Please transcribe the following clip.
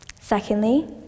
Secondly